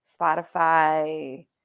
Spotify